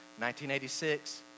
1986